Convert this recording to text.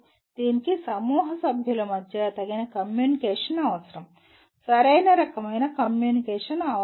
దీనికి సమూహ సభ్యుల మధ్య తగిన కమ్యూనికేషన్ అవసరం సరైన రకమైన కమ్యూనికేషన్ అవసరం